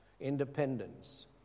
Independence